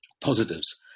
positives